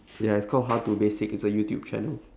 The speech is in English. ya it's called how to basic it's a youtube channel